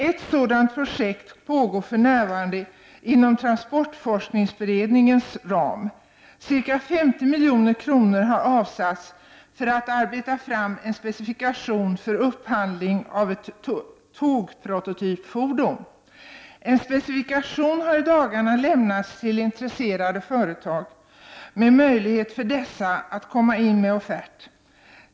Ett sådant projekt pågår för närvarande inom transportforskningsberedningens ram. Ca 50 milj.kr. har avsatts för att arbeta fram en specifikation för upphandling av ett tågprototypfordon. En specifikation har i dagarna lämnats till intresserade företag med möjlighet för dessa att komma in med offert.